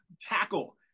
tackle